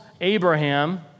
Abraham